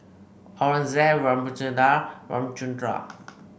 Aurangzeb Ramchundra Ramchundra